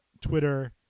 Twitter